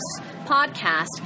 Podcast